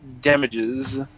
damages